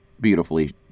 beautifully